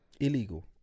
Illegal